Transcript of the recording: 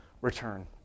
return